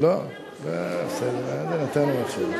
אם יורשה לי, נתנו חינם מחשבים.